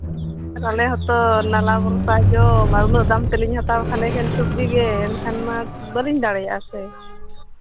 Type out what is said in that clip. ᱟᱞᱮ ᱦᱚᱸᱛᱚ ᱱᱟᱞᱦᱟ ᱵᱷᱚᱨᱥᱟ ᱡᱚᱢ ᱟᱨ ᱩᱱᱟᱹᱜ ᱫᱟᱢ ᱛᱮᱞᱤᱧ ᱦᱟᱛᱟᱣ ᱠᱷᱟᱱ ᱮᱠᱮᱱ ᱥᱚᱵᱽᱡᱤ ᱜᱮ ᱮᱱᱠᱷᱟᱱ ᱢᱟ ᱵᱟᱹᱞᱤᱧ ᱫᱟᱲᱮᱭᱟᱜᱼᱟ ᱥᱮ